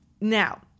Now